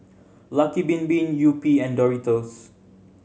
Lucky Bin Bin Yupi and Doritos